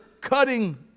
cutting